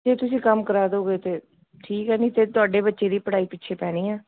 ਜੇ ਤੁਸੀਂ ਕੰਮ ਕਰਵਾ ਦਿਉਗੇ ਤਾਂ ਠੀਕ ਹੈ ਨਹੀਂ ਤਾਂ ਤੁਹਾਡੇ ਬੱਚੇ ਦੀ ਪੜ੍ਹਾਈ ਪਿੱਛੇ ਪੈਣੀ ਹੈ